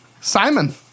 Simon